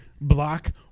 block